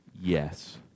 yes